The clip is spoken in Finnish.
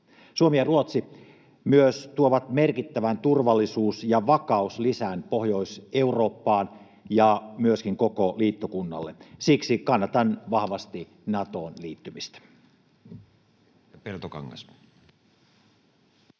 Suomi ja Ruotsi myös tuovat merkittävän turvallisuus‑ ja vakauslisän Pohjois-Eurooppaan ja myöskin koko liittokunnalle. Siksi kannatan vahvasti Natoon liittymistä.